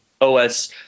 OS